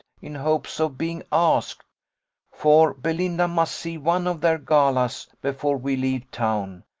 in hopes of being asked for belinda must see one of their galas before we leave town,